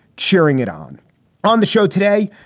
cheering it on on the show today.